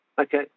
Okay